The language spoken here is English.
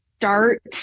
Start